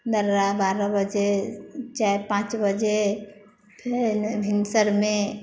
दर्रा बारह बजे चारि पॉँच बजे फेर भिनसरमे